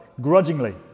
grudgingly